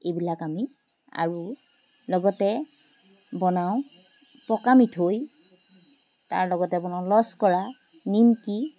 এইবিলাক আমি আৰু লগতে বনাওঁ পকা মিঠৈ তাৰলগতে বনাওঁ লস্কৰা নিমকি